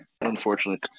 Unfortunately